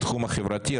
בתחום החברתי.